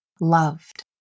loved